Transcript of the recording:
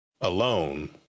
alone